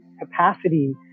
capacity